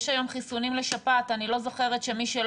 יש היום חיסונים לשפעת, אני